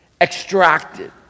extracted